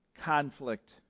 conflict